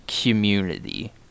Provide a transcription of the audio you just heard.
community